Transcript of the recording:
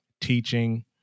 teaching